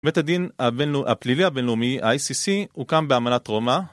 בית הדין הפלילי הבינלאומי, ה-ICC, הוקם באמנת רומא.